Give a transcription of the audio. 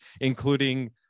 including